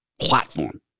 platform